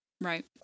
Right